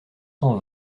cent